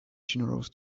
generous